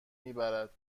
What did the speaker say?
میبرد